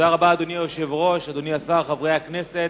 אדוני היושב-ראש, אדוני השר, חברי הכנסת,